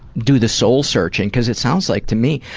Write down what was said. do the soul-searching. because it sounds like to me,